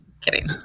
kidding